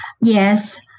Yes